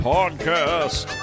Podcast